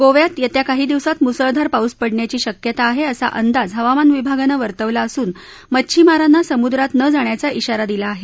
गोव्यात येते काही दिवस मुसळधार पाऊस पडण्याची शक्यता आहे असा अंदाज हवामान विभागानं वर्तवला असून मच्छिमारांना समुद्रात न जाण्याचा इशारा दिला आहे